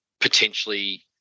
potentially